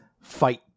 fight